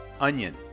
onion